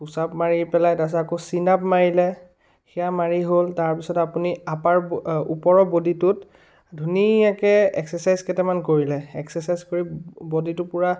pushup মাৰি পেলাই তাৰপিছত আকৌ চিনাপ মাৰিলে সেয়া মাৰি হ'ল তাৰপিছত আপুনি আপাৰ ওপৰৰ বডীটোত ধুনীয়াকৈ একচাৰচাইজ কেইটামান কৰিলে একচাৰ্চাইজ কৰি বডীটো পূৰা